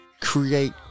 Create